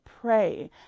pray